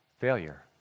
failure